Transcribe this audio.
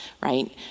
right